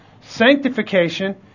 Sanctification